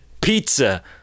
pizza